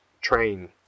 train